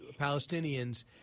Palestinians